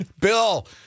Bill